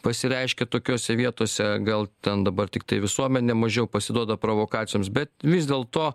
pasireiškia tokiose vietose gal ten dabar tiktai visuomenė mažiau pasiduoda provokacijoms bet vis dėlto